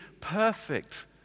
perfect